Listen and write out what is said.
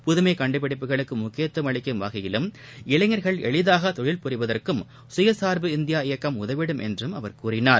புதுமை கண்டுபிடிப்புகளுக்கு முக்கியத்துவம் அளிக்கும் வகையிலும் இளைஞர்கள் எளிதாக தொழில் புரிவதற்கும் சுயசார்பு இந்தியா இயக்கம் உதவிடும் என்றும் அவர் கூறினார்